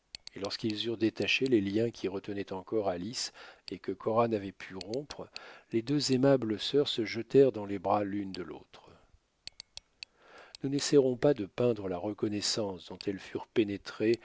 et lorsqu'ils eurent détaché les liens qui retenaient encore alice et que cora n'avait pu rompre les deux aimables sœurs se jetèrent dans les bras l'une de l'autre nous n'essaierons pas de peindre la reconnaissance dont elles furent pénétrées